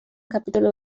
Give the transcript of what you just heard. kapitulu